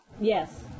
Yes